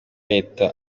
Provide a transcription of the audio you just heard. leta